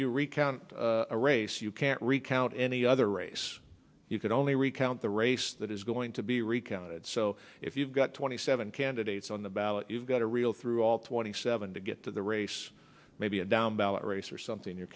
a race you can't recount any other race you could only recount the race that is going to be recounted so if you've got twenty seven candidates on the ballot you've got a real through all twenty seven to get to the race maybe a down ballot race or something your